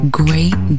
great